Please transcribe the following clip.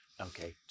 Okay